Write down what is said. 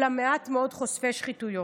אולם יש מעט מאוד חושפי שחיתויות.